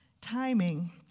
timing